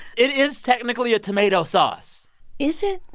it is technically a tomato sauce is it?